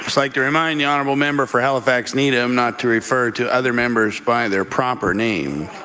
like to remind the honourable member for halifax needham not to refer to other members by their proper name.